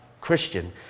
Christian